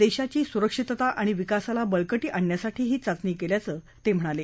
देशाची सुरक्षितता आणि विकासाला बळकटी आणण्यासाठी ही चाचणी केल्याचं ते म्हणाले